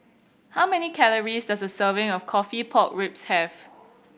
how many calories does a serving of coffee pork ribs have